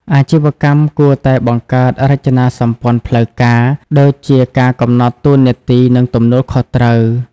អាជីវកម្មគួរតែបង្កើត រចនាសម្ព័ន្ធផ្លូវការ ដូចជាការកំណត់តួនាទី និងទំនួលខុសត្រូវ។